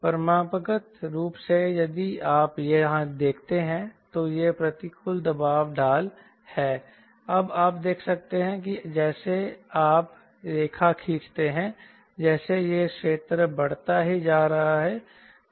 परम्परागत रूप से यदि आप यहाँ देखते हैं तो एक प्रतिकूल दबाव ढाल है अब आप देख सकते हैं जैसे आप रेखा खींचते हैं जैसे यह क्षेत्र बढ़ता ही जा रहा है